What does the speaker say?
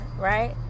right